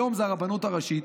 היום זה הרבנות הראשית,